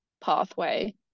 pathway